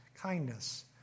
kindness